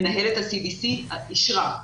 מנהלת ה-CBC אישרה.